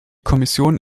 kommission